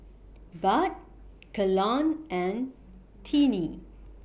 Bud Kelan and Tiney